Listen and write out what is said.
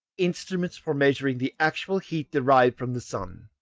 instruments for measuring the actual heat derived from the sun,